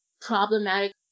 problematic